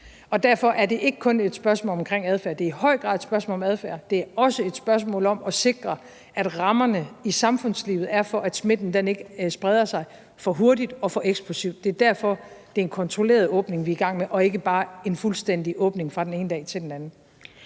derfor er det ikke kun et spørgsmål om adfærd. Det er i høj grad et spørgsmål om adfærd, men det er også et spørgsmål om at sikre, at rammerne i samfundslivet er for, at smitten ikke spreder sig for hurtigt og for eksplosivt. Det er derfor, det er en kontrolleret åbning, vi er i gang med, og ikke bare en fuldstændig åbning fra den ene dag til den anden.